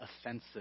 offensive